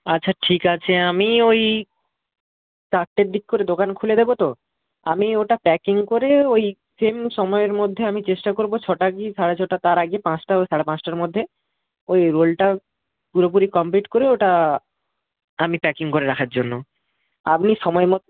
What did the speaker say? আচ্ছা ঠিক আছে আমি ওই চারটের দিক করে দোকান খুলে দেবো তো আমি ওটা প্যাকিং করে ওই সেম সময়ের মধ্যে আমি চেষ্টা করব ছটা কি সাড়ে ছটা তার আগে পাঁচটা বা সাড়ে পাঁচটার মধ্যে ওই রোলটা পুরোপুরি কমপ্লিট করে ওটা আমি প্যাকিং করে রাখার জন্য আপনি সময় মতো